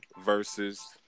versus